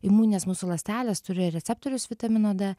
imuninės mūsų ląstelės turi receptorius vitamino d